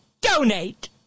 donate